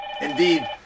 indeed